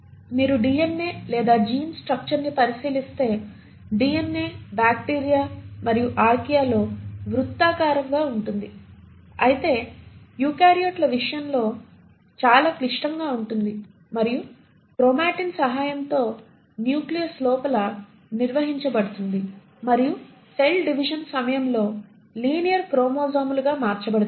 మీరు డిఎన్ఏ లేదా gene structure ని పరిశీలిస్తే డిఎన్ఏ బ్యాక్టీరియా మరియు ఆర్కియాలో వృత్తాకారంగా ఉంటుంది అయితే యూకారియోట్ల విషయంలో చాలా క్లిష్టంగా ఉంటుంది మరియు క్రోమాటిన్ సహాయంతో న్యూక్లియస్ లోపల నిర్వహించబడుతుంది మరియు సెల్ డివిజన్ సమయంలో లినియర్ క్రోమోజోమ్లుగా మార్చబడుతుంది